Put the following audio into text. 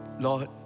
Lord